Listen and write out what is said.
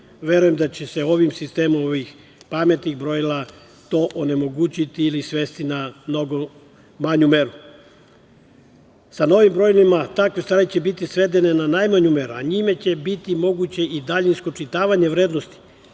struje. Verujem da će se ovim sistemom ovih pametnih brojila to onemogućiti ili svesti na mnogo manju meru. Sa novim brojilima takve stvari će biti svedene na najmanju meru, a njime će biti moguće i daljinsko očitavanje vrednosti,